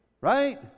Right